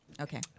Okay